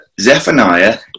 Zephaniah